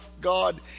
God